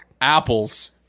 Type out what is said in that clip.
apples